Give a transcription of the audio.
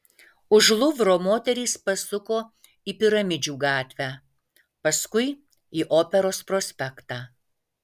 už luvro moterys pasuko į piramidžių gatvę paskui į operos prospektą